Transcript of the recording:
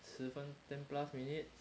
十分 ten plus minutes